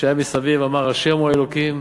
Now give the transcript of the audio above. שהיה מסביב אמר: ה' הוא האלוקים,